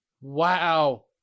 Wow